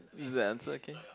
is that answer okay